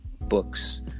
books